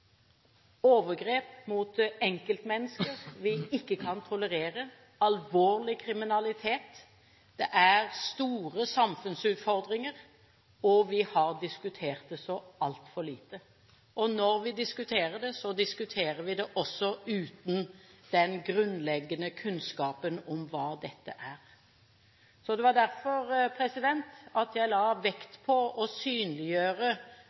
overgrep mot enkeltmennesker vi ikke kan tolerere – alvorlig kriminalitet. Det er store samfunnsutfordringer, og vi har diskutert det så altfor lite. Og når vi diskuterer det, diskuterer vi det også uten den grunnleggende kunnskapen om hva dette er. Det var derfor jeg la vekt på å synliggjøre